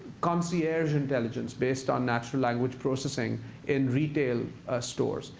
concierge intelligence based on natural language processing in retail stores.